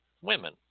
women